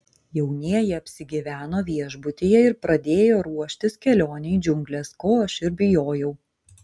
jaunieji apsigyveno viešbutyje ir pradėjo ruoštis kelionei į džiungles ko aš ir bijojau